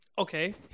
Okay